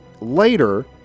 later